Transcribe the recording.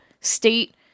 state